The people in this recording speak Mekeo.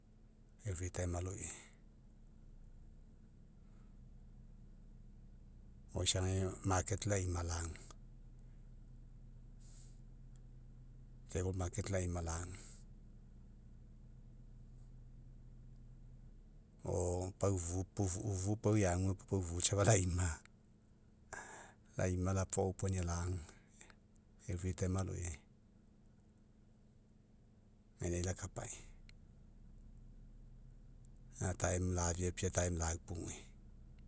Eu aloiai, o isagai aga, laima lagu. laima lagu, o pau ufu'u pau eague puo safa laima, laima, lapaopuania lagu, eu aloiai. Gainai lakapai, ga lafiapia, laugugui.